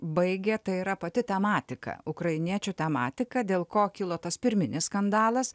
baigė tai yra pati tematika ukrainiečių tematika dėl ko kilo tas pirminis skandalas